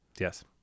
Yes